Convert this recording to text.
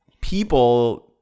people